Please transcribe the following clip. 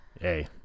hey